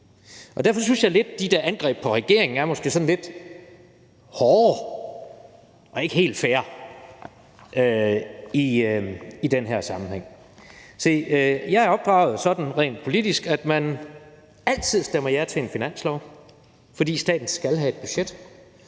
Og derfor synes jeg, at de der angreb på regeringen måske sådan er lidt hårde og ikke helt fair i den her sammenhæng. Se, jeg er opdraget sådan rent politisk, at man altid stemmer ja til en finanslov, fordi staten skal have et budget,